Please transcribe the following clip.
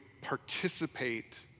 participate